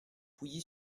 pouilly